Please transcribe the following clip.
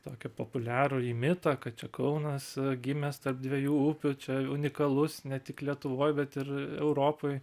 tokį populiarųjį mitą kad čia kaunas gimęs tarp dviejų upių čia unikalus ne tik lietuvoj bet ir europoj